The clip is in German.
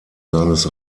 seines